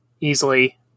easily